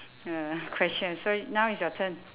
ya questions so now is your turn